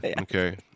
Okay